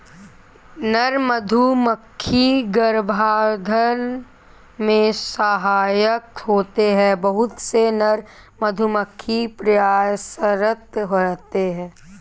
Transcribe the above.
नर मधुमक्खी गर्भाधान में सहायक होते हैं बहुत से नर मधुमक्खी प्रयासरत रहते हैं